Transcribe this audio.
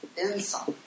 insight